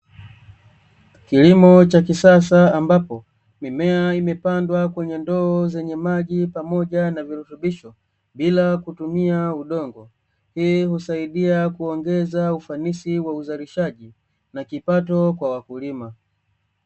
Kilimo cha kisasa ambapo, mimea imepandwa kwenye ndoo zenye maji pamoja na virutubisho bila kutumia udongo, hii husaidia kuongeza ufanisi wa uzalishaji na kipato kwa wakulima.